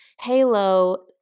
Halo